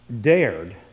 dared